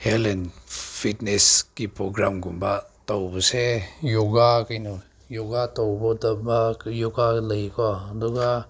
health and ꯐꯤꯠꯅꯦꯁꯀꯤ ꯄ꯭ꯔꯣꯒꯥꯝꯒꯨꯝꯕ ꯇꯧꯕꯁꯦ ꯌꯣꯒꯥ ꯀꯩꯅꯣ ꯌꯣꯒꯥ ꯇꯧꯒꯗꯕ ꯌꯣꯒꯥ ꯂꯩꯀꯣ ꯑꯗꯨꯒ